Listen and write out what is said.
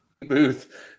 booth